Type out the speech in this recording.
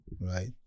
right